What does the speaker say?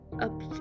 up